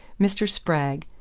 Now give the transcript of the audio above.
mr. spragg,